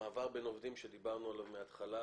המעבר בין עובדים שדיברנו עליו מהתחלה,